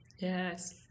Yes